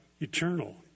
eternal